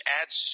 adds